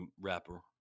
rapper